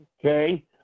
okay